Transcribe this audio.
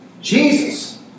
Jesus